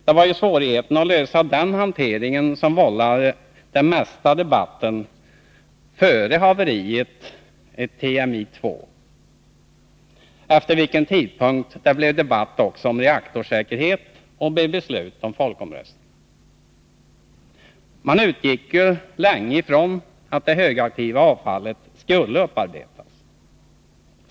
Det var ju svårigheten att lösa den hanteringen som vållade den huvudsakliga debatten före haveriet i TMI2, efter vilken tidpunkt det blev debatt också om reaktorsäkerhet och beslut om en folkomröstning. Man utgick länge ifrån att det högaktiva avfallet skulle upparbetas.